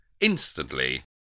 instantly